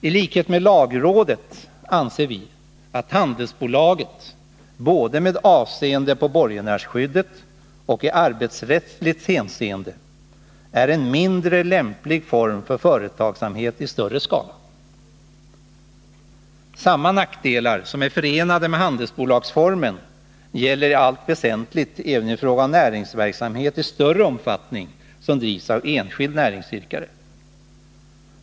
Tlikhet med lagrådet anser vi att handelsbolaget både med avseende på borgenärsskyddet och i arbetsrättsligt hänseende är en mindre lämplig form för företagsamhet i större skala. Samma nackdelar som är förenade med handelsbolagsformen gäller i allt väsentligt även i fråga om näringsverksamhet i större omfattning som drivs av enskild näringsidkare.